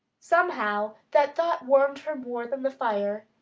somehow that thought warmed her more than the fire.